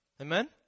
Amen